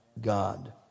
God